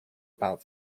about